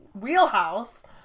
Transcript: Wheelhouse